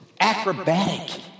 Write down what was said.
acrobatic